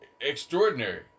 extraordinary